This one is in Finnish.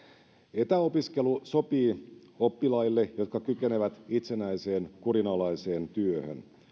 etäopiskelu sopii oppilaille jotka kykenevät itsenäiseen kurinalaiseen työhön